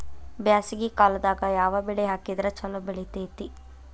ಬ್ಯಾಸಗಿ ಕಾಲದಾಗ ಯಾವ ಬೆಳಿ ಹಾಕಿದ್ರ ಛಲೋ ಬೆಳಿತೇತಿ?